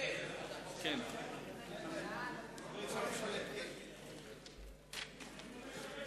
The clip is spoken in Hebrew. ההצעה להעביר את הנושא לוועדת העבודה,